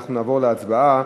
אנחנו נעבור להצבעה